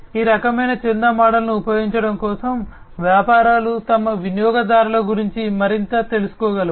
ఈ రకమైన చందా మోడల్ను ఉపయోగించడం కోసం వ్యాపారాలు తమ వినియోగదారుల గురించి మరింత తెలుసుకోగలవు